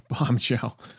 bombshell